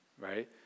right